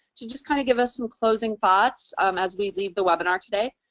to just kinda give us some closing thoughts um as we leave the webinar today.